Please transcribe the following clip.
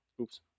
Oops